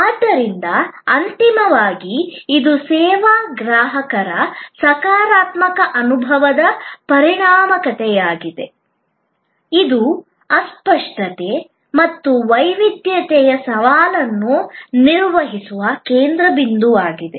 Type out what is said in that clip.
ಆದ್ದರಿಂದ ಅಂತಿಮವಾಗಿ ಇದು ಸೇವಾ ಗ್ರಾಹಕರ ಸಕಾರಾತ್ಮಕ ಅನುಭವದ ಪ್ರಾಮಾಣಿಕತೆಯಾಗಿದೆ ಇದು ಅಸ್ಪಷ್ಟತೆ ಮತ್ತು ವೈವಿಧ್ಯತೆಯ ಸವಾಲನ್ನು ನಿರ್ವಹಿಸುವ ಕೇಂದ್ರಬಿಂದುವಾಗಿದೆ